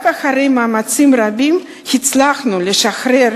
רק אחרי מאמצים רבים הצלחנו לשחרר